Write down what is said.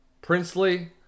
Princely